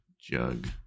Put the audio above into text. jug